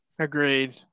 Agreed